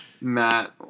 Matt